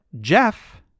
Jeff